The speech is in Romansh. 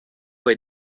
hai